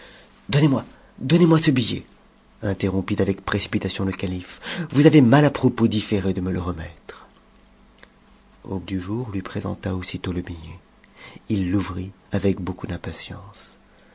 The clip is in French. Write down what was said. donnez-moi donnez-moi ce jmhet interrompit avec précipitation e calife vous avez mal à propos différé de me le remettre aube du jour lui présenta aussitôt le billet il l'ouvrit avec beaucoup d'impatience